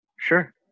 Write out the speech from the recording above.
Sure